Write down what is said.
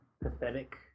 pathetic